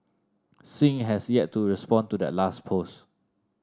Singh has yet to respond to that last post